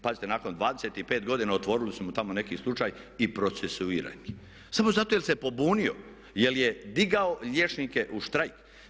Pazite nakon 25 godina otvorili su mu tamo neki slučaj i procesuiran je, samo zato jer se pobunio, jer je digao liječnike u štrajk.